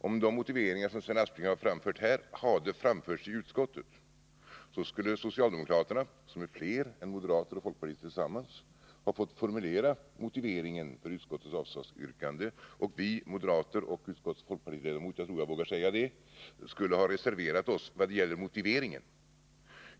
Om de motiveringar som Sven Aspling har framfört här hade framförts i utskottet, så skulle socialdemokraterna — som är fler än moderater och folkpartister tillsammans — ha fått formulera motiveringen för utskottets avstyrkande. Vi moderater och utskottets folkpartiledamot — jag tror jag vågar säga det — skulle då ha reserverat oss vad gäller motiveringen.